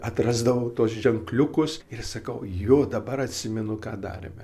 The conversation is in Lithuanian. atrasdavau tuos ženkliukus ir sakau jo dabar atsimenu ką darėme